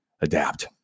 adapt